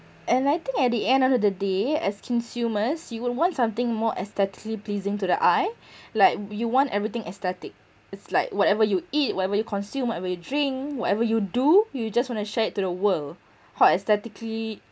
and I think at the end of the day as consumers you would want something more aesthetically pleasing to the eye like you want everything aesthetic it's like whatever you eat whatever you consume whatever you drink whatever you do you just want to share it to the world how aesthetically